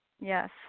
Yes